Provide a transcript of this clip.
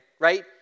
right